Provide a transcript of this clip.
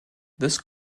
this